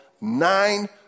nine